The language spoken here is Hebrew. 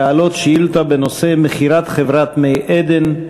להעלות שאילתה בנושא: מכירת חברת "מי עדן".